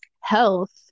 health